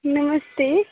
नमस्ते